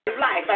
Life